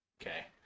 Okay